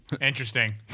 Interesting